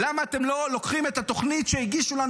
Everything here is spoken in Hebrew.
למה אתם לא לוקחים את התוכנית שהגישו לנו